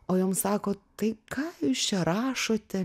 o jom sako tai ką jūs čia rašote